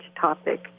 topic